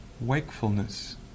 wakefulness